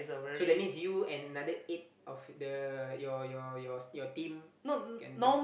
so that means you and another eight of the your your your st~ team can do